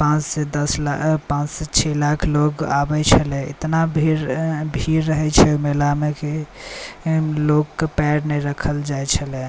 पाँचसँ दस लाख पाँचसँ छओ लाख लोक आबैत छलै इतना भीड़ रहैत छै मेलामे कि लोग के पएर नहि राखल जाइत छलै